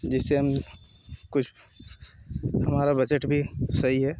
जिसे हम कुछ हमारा बजट भी सही है